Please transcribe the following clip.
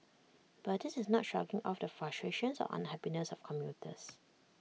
but this is not shrugging off the frustrations or unhappiness of commuters